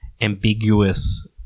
ambiguous